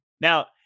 Now